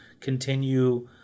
continue